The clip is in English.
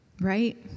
right